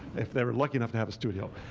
if they're lucky enough to have a studio